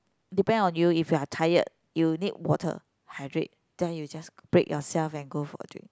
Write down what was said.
depend on you if you are tired you need water hydrate then you just break yourself and go for a drink